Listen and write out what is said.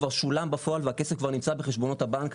כבר שולם בפועל והכסף כבר נמצא בחשבונות הבנק.